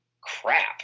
crap